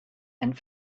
and